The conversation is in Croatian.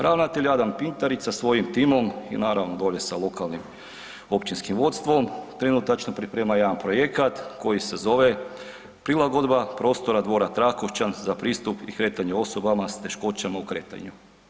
Ravnatelj Adam Pintarić sa svojim timom i naravno dolje sa lokalnim općinskim vodstvom, trenutačno priprema jedan projekat koji se zove „Prilagodba prostora dvora Trakošćan za pristup i kretanje osobama s teškoćama u kretanju“